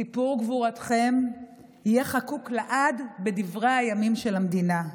סיפור גבורתכם יהיה חקוק לעד בדברי הימים של המדינה.